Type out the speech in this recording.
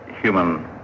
human